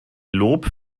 lob